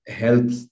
health